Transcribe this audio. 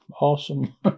awesome